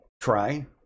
try